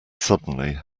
suddenly